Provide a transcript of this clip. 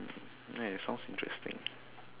right sounds interesting